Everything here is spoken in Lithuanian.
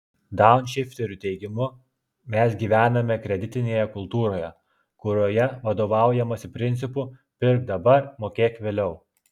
daunšifterių teigimu mes gyvename kreditinėje kultūroje kurioje vadovaujamasi principu pirk dabar mokėk vėliau